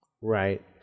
Right